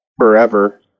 forever